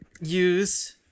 use